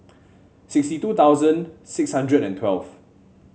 sixty two thousand six hundred and twelve